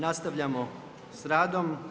Nastavljamo sa radom.